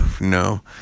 No